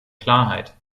klarheit